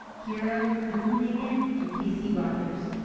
kira blumhagen, and casey rogers.